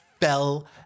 fell